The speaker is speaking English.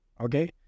okay